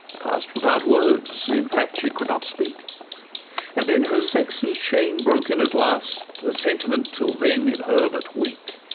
pass'd without words in fact she could not speak and then her sex's shame broke in at last, a sentiment till then in her but weak,